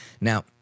Now